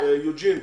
היושב ראש,